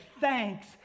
thanks